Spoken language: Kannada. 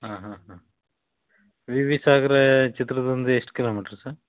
ಹಾಂ ಹಾಂ ಹಾಂ ವಿ ವಿ ಸಾಗರ ಚಿತ್ರದುರ್ಗದಿಂದ ಎಷ್ಟು ಕಿಲೋಮೀಟ್ರ್ ಸರ್